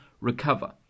recover